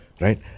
Right